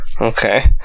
Okay